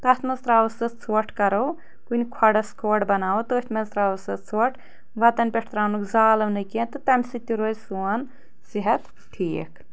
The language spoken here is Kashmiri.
تتھ منٛز ترٛاوو سُہ ژھۄٹ کرو کُنہِ کھۄڈس کھۄڈ بناوو تٔتھۍ منٛز ترٛاوو سُہ ژھۄٹ وتن پٮ۪ٹھ ترٛاوو نہٕ زالو نہٕ کینٛہہ تہٕ تمہِ سۭتۍ تہِ روزِ سون صحت ٹھیٖک